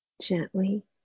gently